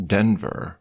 Denver